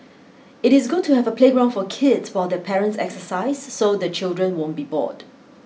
it is good to have a playground for kids while their parents exercise so the children won't be bored